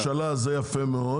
החלטה של הממשלה זה יפה מאוד,